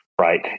Right